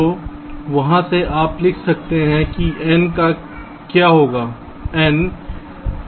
तो वहां से आप लिख सकते हैं कि N क्या होगा